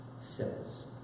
says